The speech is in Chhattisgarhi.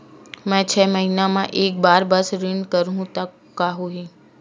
मैं छै महीना म एक बार बस ऋण करहु त का होही?